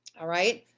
alright.